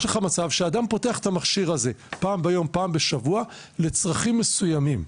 לך מצב שאדם פותח את המכשיר הזה פעם ביום או פעם בשבוע לצרכים מסוימים,